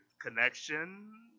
Connection